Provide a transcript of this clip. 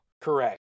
Correct